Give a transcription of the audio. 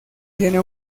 tiene